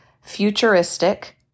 futuristic